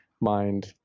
mind